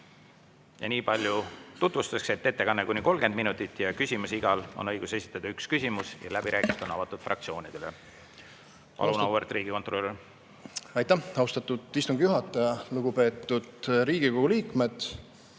Ja nii palju tutvustuseks, et ettekanne [kestab] kuni 30 minutit, kõigil on õigus esitada üks küsimus ja läbirääkimised on avatud fraktsioonidele. Palun, auväärt riigikontrolör! Aitäh, austatud istungi juhataja! Lugupeetud Riigikogu liikmed!